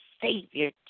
Savior